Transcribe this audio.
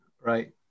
Right